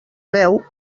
veu